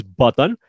button